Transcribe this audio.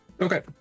Okay